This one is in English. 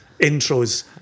intros